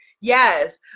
Yes